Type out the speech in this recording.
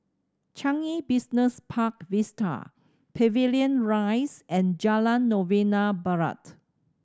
Changi Business Park Vista Pavilion Rise and Jalan Novena Barat